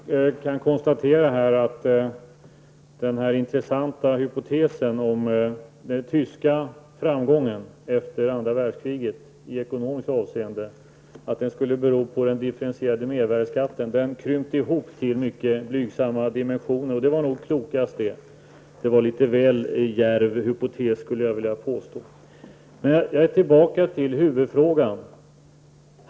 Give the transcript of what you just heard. Herr talman! Jag kan konstatera att den intressanta hypotesen den tyska framgången i ekonomiskt avseende efter andra världskriget skulle bero på den differentierade mervärdeskatten krympte ihop till mycket blygsamma dimensioner, och det var nog klokast. Jag vill påstå att denna hypotes var litet väl djärv. Jag vill återanknyta till huvudfrågan.